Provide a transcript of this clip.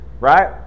right